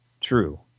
True